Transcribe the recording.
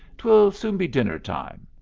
twill soon be dinner-time.